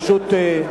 פשוט,